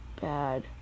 Bad